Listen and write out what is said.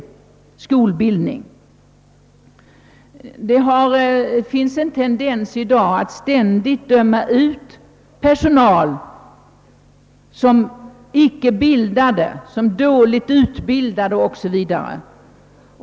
Det finns i dag en tendens att döma ut redan tjänstgörande personal såsom dåligt utbildad.